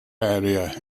area